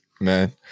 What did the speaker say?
man